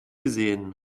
gesehen